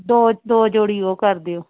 ਦੋ ਦੋ ਜੋੜੀ ਉਹ ਕਰ ਦਿਓ